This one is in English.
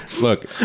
Look